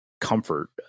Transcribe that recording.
comfort